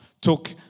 took